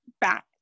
back